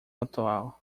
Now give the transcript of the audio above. atual